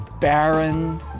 barren